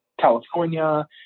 California